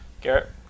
Garrett